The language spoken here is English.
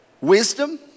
Wisdom